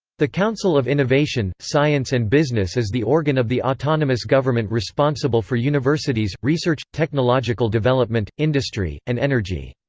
the council of innovation, science and business is the organ of the autonomous government responsible for universities, research, technological development, industry, and energy.